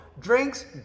drinks